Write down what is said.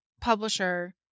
publisher